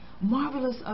marvelous